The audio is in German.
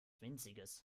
winziges